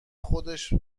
خودش